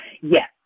Yes